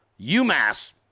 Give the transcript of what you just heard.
UMass